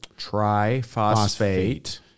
triphosphate